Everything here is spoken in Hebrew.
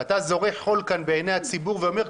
ואתה זורה חול כאן בעיני הציבור ואומר: